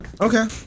okay